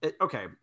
okay